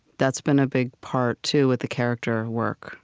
that's been a big part, too, with the character work